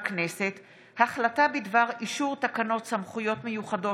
החלטה בדבר אישור תקנות סמכויות מיוחדות